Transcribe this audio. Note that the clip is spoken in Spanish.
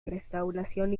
restauración